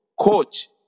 coach